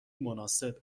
مناسب